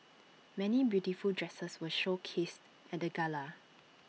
many beautiful dresses were showcased at the gala